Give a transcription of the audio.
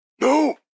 No